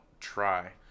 try